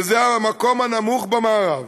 שזה המקום הנמוך במערב.